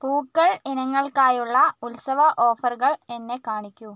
പൂക്കൾ ഇനങ്ങൾക്കായുള്ള ഉത്സവ ഓഫറുകൾ എന്നെ കാണിക്കൂ